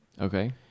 Okay